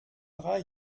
drei